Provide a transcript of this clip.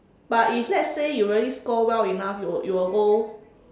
but if let's say you really score well enough you will you will go